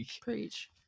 Preach